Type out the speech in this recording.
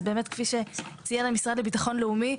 אז באמת כפי שציין המשרד לביטחון לאומי,